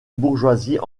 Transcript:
bourgeoisie